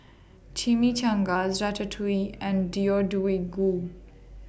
Chimichangas Ratatouille and Deodeok Gui